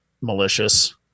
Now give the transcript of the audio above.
malicious